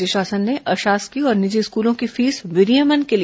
राज्य शासन ने अशासकीय और निजी स्कूलों की फीस विनियमन के लिए